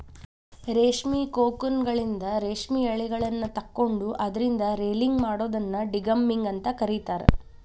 ರೇಷ್ಮಿ ಕೋಕೂನ್ಗಳಿಂದ ರೇಷ್ಮೆ ಯಳಿಗಳನ್ನ ತಕ್ಕೊಂಡು ಅದ್ರಿಂದ ರೇಲಿಂಗ್ ಮಾಡೋದನ್ನ ಡಿಗಮ್ಮಿಂಗ್ ಅಂತ ಕರೇತಾರ